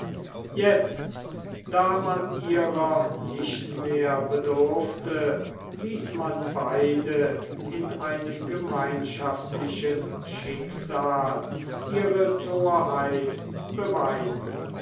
jetzt da man ihrer nicht mehr bedurfte ließ man beide in einem gemeinschaftlichen schicksal ihre thorheit beweinen